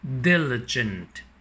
Diligent